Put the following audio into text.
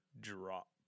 drop